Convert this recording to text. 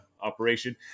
operation